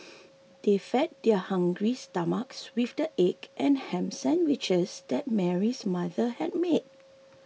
they fed their hungry stomachs with the egg and ham sandwiches that Mary's mother had made